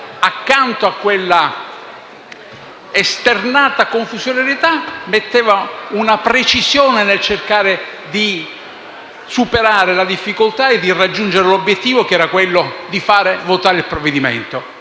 Accanto a quella esternata confusione, metteva una grande precisione nel cercare di superare la difficoltà e di raggiungere l'obiettivo di far votare il provvedimento.